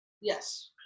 Yes